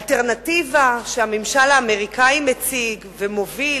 אלטרנטיבה שהממשל האמריקני מציג ומוביל,